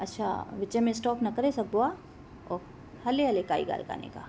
अच्छा विच में स्टोप न करे सघिबो आहे ओह हले हले काई ॻाल्हि काने का